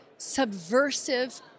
subversive